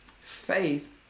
faith